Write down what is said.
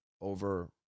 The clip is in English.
over